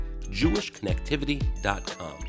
jewishconnectivity.com